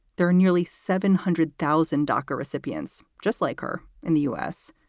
there are nearly seven hundred thousand doca recipients just like her in the u s,